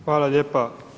Hvala lijepa.